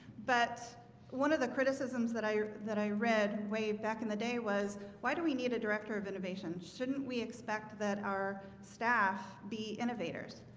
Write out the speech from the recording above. but one of the criticisms that i that i read way back in the day was why do we need a director of innovation shouldn't we expect that our staff be innovators?